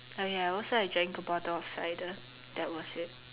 oh ya also I drank two bottles of cider that was it